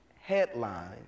headline